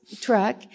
truck